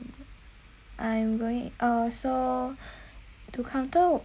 I am going uh so to contour